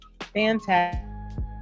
Fantastic